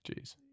Jeez